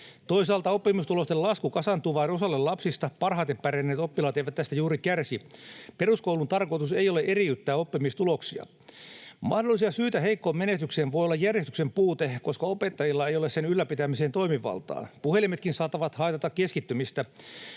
Toisaalta oppimistulosten lasku kasaantuu vain osalle lapsista. Parhaiten pärjänneet oppilaat eivät tästä juuri kärsi. Peruskoulun tarkoitus ei ole eriyttää oppimistuloksia. Mahdollinen syy heikkoon menestykseen voi olla järjestyksen puute, koska opettajilla ei ole sen ylläpitämiseen toimivaltaa. Puhelimetkin saattavat haitata keskittymistä.